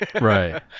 Right